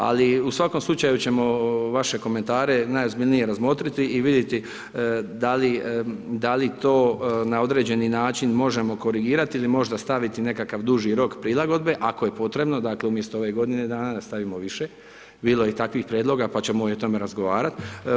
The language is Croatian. Ali u svakom slučaju ćemo vaše komentare najozbiljnije razmotriti i vidjeti da li to na određeni način možemo korigirati ili možda staviti nekakav duži rok prilagodbe, ako je potrebno, dakle, umjesto ovih godine dana, da stavimo više, bilo je i takvih prijedloga, pa ćemo i o tome razgovarati.